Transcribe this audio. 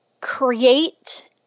create